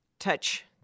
touch